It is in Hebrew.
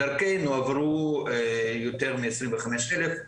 דרכנו עברו יותר מ-25 אלף ,